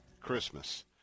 Christmas